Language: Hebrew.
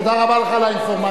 תודה רבה לך על האינפורמציה,